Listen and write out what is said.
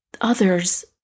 others